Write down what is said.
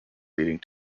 leading